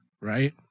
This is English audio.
right